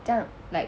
这样 like